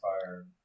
fire